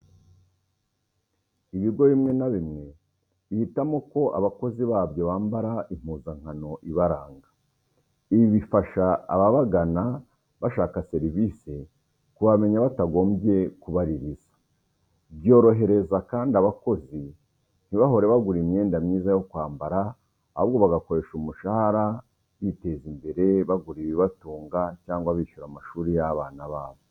Ibigo bimwe na bimwe bihitamo ko abakozi babyo bambara impuzankano ibaranga, ibi bifasha ababagana bashaka serivisi kubamenya batagombye kubaririza, byorohereza kandi abakozi ntibahore bagura imyenda myiza yo kwambara, ahubwo bagakoresha umushahara biteza imbere, bagura ibibatunga cyangwa bishyura amashuri y'abana babo.